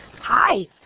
Hi